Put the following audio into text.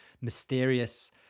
mysterious